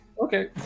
Okay